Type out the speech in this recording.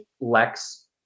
lex